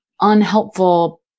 unhelpful